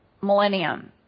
millennium